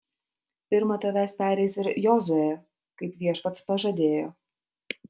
pirma tavęs pereis ir jozuė kaip viešpats pažadėjo